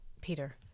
peter